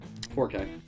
4K